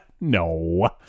No